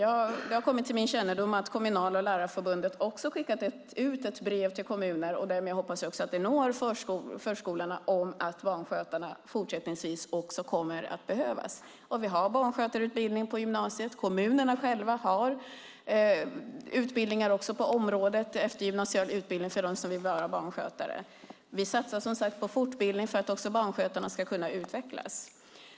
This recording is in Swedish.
Det har kommit till min kännedom att Kommunal och Lärarförbundet har skickat ett brev till kommunerna, och därmed hoppas jag att det når fram till förskolorna att barnskötare även fortsättningsvis kommer att behövas. Det finns barnskötarutbildning på gymnasiet. Kommunerna själva har eftergymnasial utbildning för dem som vill bli barnskötare. Vi satsar på fortbildning för att också barnskötarna ska utvecklas.